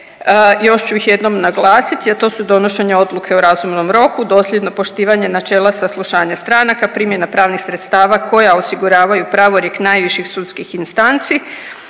još ću ih jednom naglasiti, a to su donošenje odluke u razumnom roku, dosljedno poštivanje načela saslušanja stranaka, primjena pravnih sredstava koja osiguravaju pravorijek najviših sudskih instanci